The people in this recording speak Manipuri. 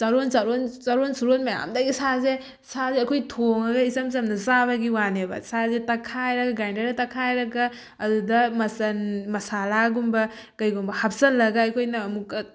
ꯆꯥꯔꯣꯟ ꯆꯥꯔꯣꯟ ꯆꯥꯔꯣꯟ ꯁꯨꯔꯣꯟ ꯃꯌꯥꯝꯗꯒꯤ ꯁꯥꯁꯦ ꯁꯥꯁꯦ ꯑꯩꯈꯣꯏ ꯊꯣꯡꯉꯒ ꯏꯆꯝ ꯆꯝꯅ ꯆꯥꯕꯒꯤ ꯋꯥꯅꯦꯕ ꯁꯥꯁꯦ ꯇꯛꯈꯥꯏꯔꯒ ꯒ꯭ꯔꯥꯟꯗꯔꯗ ꯇꯛꯈꯥꯏꯔꯒ ꯑꯗꯨꯗ ꯃꯆꯜ ꯃꯁꯥꯂꯥꯒꯨꯝꯕ ꯀꯩꯒꯨꯝꯕ ꯍꯥꯞꯆꯜꯂꯒ ꯑꯩꯈꯣꯏꯅ ꯑꯃꯨꯛꯀ